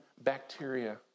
bacteria